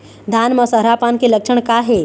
धान म सरहा पान के लक्षण का हे?